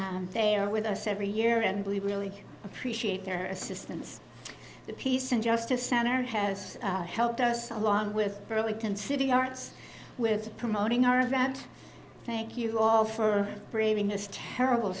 and they are with us every year and believe we really appreciate their assistance the peace and justice center has helped us along with burlington city arts with promoting our that thank you all for bringing this terrible